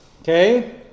Okay